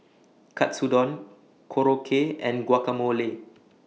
Katsudon Korokke and Guacamole